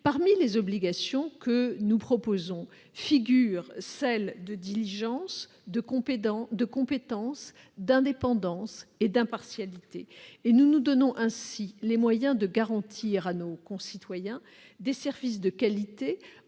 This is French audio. Parmi les obligations que nous proposons figurent celles de diligence, de compétence, d'indépendance et d'impartialité. Nous nous donnons ainsi les moyens de garantir à nos concitoyens des services de qualité